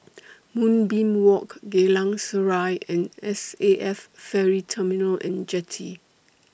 Moonbeam Walk Geylang Serai and S A F Ferry Terminal and Jetty